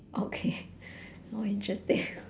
okay oh interesting